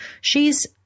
She's